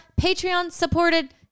Patreon-supported